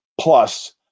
plus